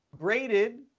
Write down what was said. graded